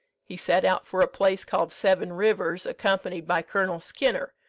he set out for a place called seven rivers, accompanied by colonel skinner,